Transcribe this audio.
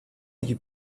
you